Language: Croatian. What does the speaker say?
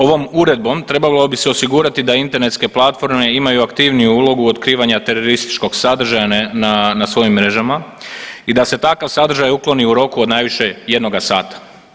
Ovom uredbom trebalo bi se osigurati da internetske platforme imaju aktivniju ulogu otkrivanja terorističkog sadržaja na svojim mrežama i da se takav sadržaj ukloni u roku od najviše jednoga sata.